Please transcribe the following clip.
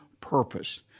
purpose